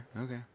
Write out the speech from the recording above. Okay